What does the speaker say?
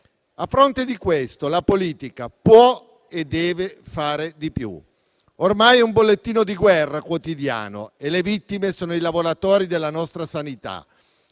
A fronte di questo, la politica può e deve fare di più. Ormai è un bollettino di guerra quotidiano e le vittime sono i lavoratori della nostra sanità,